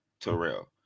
Terrell